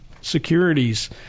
securities